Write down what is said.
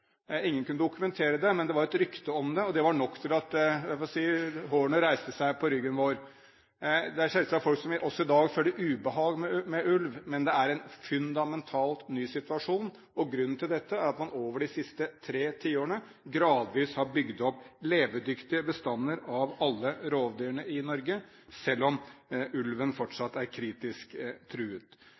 Ingen kunne dokumentere det, men det var et rykte om det, og det var nok til at – jeg får si – hårene reiste seg på ryggene våre. Det er selvsagt folk som også i dag føler ubehag med ulv, men det er en fundamentalt ny situasjon. Grunnen til det er at man i løpet av de siste tre tiårene gradvis har bygd opp levedyktige bestander av alle rovdyrene i Norge – selv om ulven fortsatt er kritisk truet.